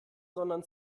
sondern